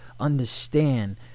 understand